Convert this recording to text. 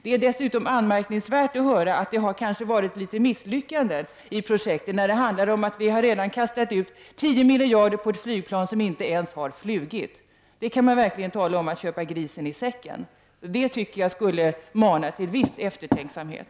Det är dessutom anmärkningsvärt att få höra att det har varit vissa misslyckanden när det gäller projektet när det handlar om att vi redan har kastat ut 10 miljarder på ett flygplan som inte ens har flugit. Då kan man verkligen tala om att köpa grisen i säcken. Detta tycker jag skulle mana till viss eftertänksamhet.